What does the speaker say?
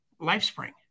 Lifespring